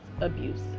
abuse